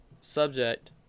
subject